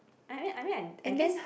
I mean I mean I guess